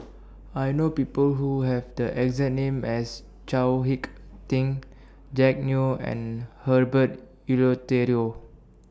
I know People Who Have The exact name as Chao Hick Tin Jack Neo and Herbert Eleuterio